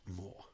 more